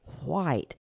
white